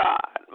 God